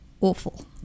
awful